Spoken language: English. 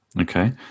Okay